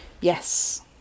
Yes